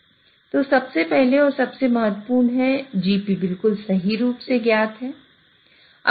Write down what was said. तो सबसे पहले और सबसे महत्वपूर्ण है Gp बिल्कुल सही रूप से ज्ञात है